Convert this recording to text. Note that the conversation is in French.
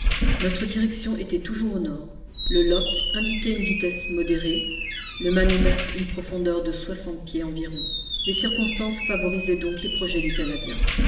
notre direction était toujours au nord le loch indiquait une vitesse modérée le manomètre une profondeur de soixante pieds environ les circonstances favorisaient donc les projets du canadien